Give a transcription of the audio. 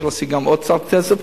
צריך להשיג גם עוד קצת כסף,